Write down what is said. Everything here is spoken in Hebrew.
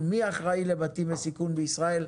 בסיכון, מי אחראי לבתים בסיכון בישראל.